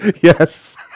Yes